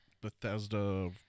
bethesda